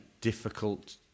difficult